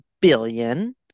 billion